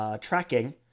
tracking